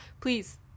Please